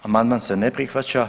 Amandman se ne prihvaća.